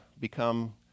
become